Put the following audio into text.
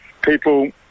people